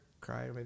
cry